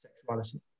sexuality